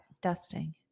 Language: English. Dusting